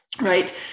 right